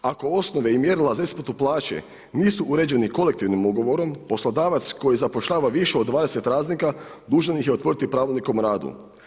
Ako osnove i mjerila za isplatu plaće nisu uređeni kolektivnim ugovorom, poslodavac koji zapošljava više od radnika, dužan ih je otvoriti pravilnikom o radu.